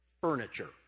Furniture